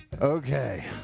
Okay